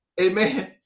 Amen